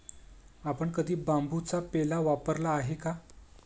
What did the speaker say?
आपण कधी बांबूचा पेला वापरला आहे का?